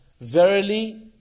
verily